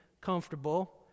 comfortable